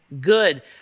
good